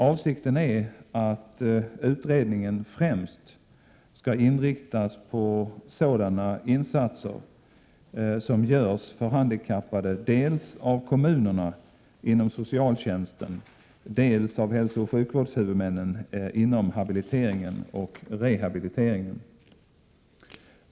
Avsikten är att utredningen främst skall inriktas på sådana insatser som görs för handikappade dels av kommunerna inom socialtjänsten, dels av hälsooch sjukvårdshuvudmännen inom habiliteringen och rehabiliteringen.